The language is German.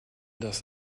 das